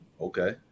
okay